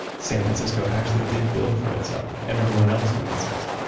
san francisco actually did build for itself and everyone else who visits.